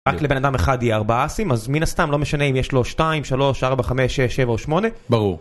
רק לבן אדם אחד יהיה ארבע אסים, אז מין הסתם, לא משנה אם יש לו שתיים, שלוש, ארבע, חמש, שש, שבע או שמונה, ברור.